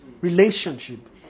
relationship